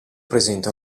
presenta